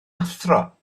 athro